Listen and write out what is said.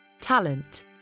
talent